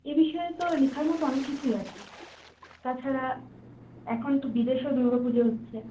এ বিষয়ে তো লেখার মতো অনেক কিছুই আছে তাছাড়া এখন তো বিদেশেও দুর্গাপুজো হচ্ছে